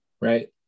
right